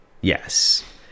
Yes